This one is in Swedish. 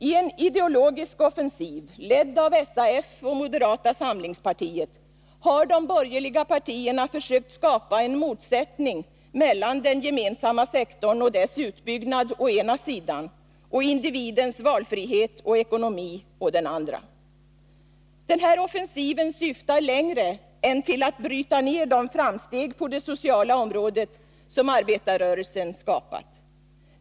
I en ideologisk offensiv, ledd av SAF och moderata samlingspartiet, har de borgerliga partierna försökt skapa en motsättning mellan den gemensamma sektorn och dess utbyggnad å ena sidan och individens valfrihet och ekonomi å den andra. Denna offensiv syftar längre än till att bryta ner de framsteg på det sociala området som arbetarrörelsen skapat.